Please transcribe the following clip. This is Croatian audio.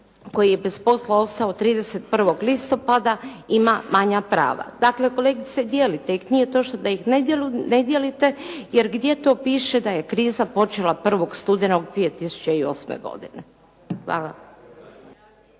koji je bez posla ostao 31. listopada ima manja prava. Dakle, kolegice dijelite ih. Nije točno da ih ne dijelite, jer gdje to piše da je kriza počela 1. studenog 2008. godine. Hvala.